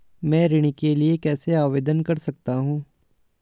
मैं ऋण के लिए कैसे आवेदन कर सकता हूं?